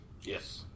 Yes